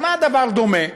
למה הדבר דומה?